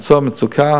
מקצוע במצוקה,